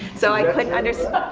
so i couldn't understand.